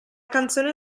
canzone